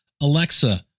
Alexa